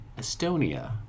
Estonia